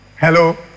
Hello